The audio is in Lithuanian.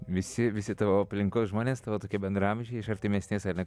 visi visi tavo aplinkos žmonės tavo tokie bendraamžiai iš artimesnės ar ne